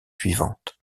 suivantes